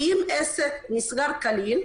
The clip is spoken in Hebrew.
כי אם עסק נסגר כליל,